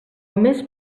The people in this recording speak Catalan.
més